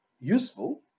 useful